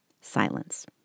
Silence